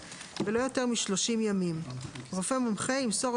זה לא קשור אפילו לסמכויות פיקוח,